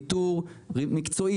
ניטור מקצועי,